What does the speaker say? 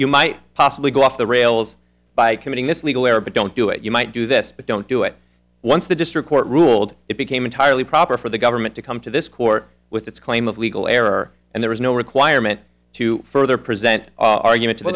you might possibly go off the rails by committing this legal error but don't do it you might do this but don't do it once the district court ruled it became entirely proper for the government to come to this court with its claim of legal error and there was no requirement to further present arguments